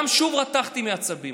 שוב רתחתי מעצבים.